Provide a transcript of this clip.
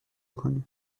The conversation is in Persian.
کنیم